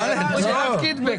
זאת "שאלת קיטבג".